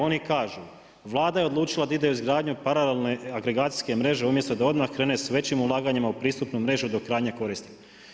Oni kažu, Vlada je odlučila da ide u izgradnju paralelne agregacijske mreže umjesto da odmah krene s većim ulaganju u pristupnu mrežu do krajnjeg korisnika.